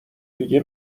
دیگه